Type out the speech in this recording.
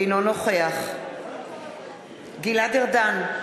אינו נוכח גלעד ארדן,